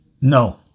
No